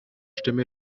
stimme